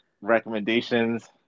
recommendations